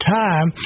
time